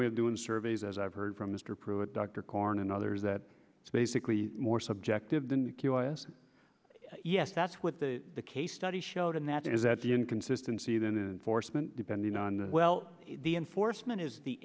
way of doing surveys as i've heard from mr pruitt dr korn and others that it's basically more subjective than yes that's what the case study showed and that is that the in can system c then depending on the well the enforcement is the